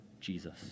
Jesus